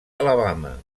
alabama